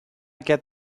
get